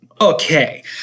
Okay